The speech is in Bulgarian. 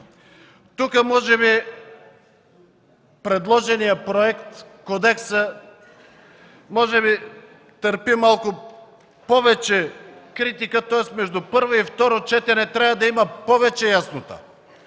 Тук може би предложеният проект търпи малко повече критика. Между първо и второ четене трябва да има повече яснота,